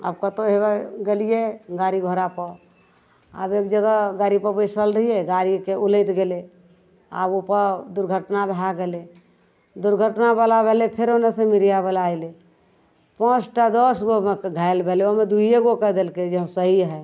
आब कतहु हेबे गेलिए गाड़ी घोड़ापर आब एक जगह गाड़ीपर बैसल रहिए गाड़ीके उलटि गेलै आब ओहिपर दुर्घटना भै गेलै दुर्घटनावला भेलै फेर ओन्नेसे मीडिआवला अएलै पाँच टा दस गो घायल भेलै ओहिमे दुइए गोके देलकै जे हँ सही हइ